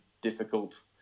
difficult